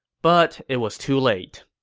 but it was too late.